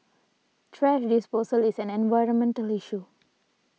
thrash disposal is an environmental issue